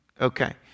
Okay